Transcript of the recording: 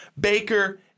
Baker